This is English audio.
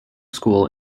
school